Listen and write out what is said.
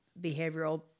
behavioral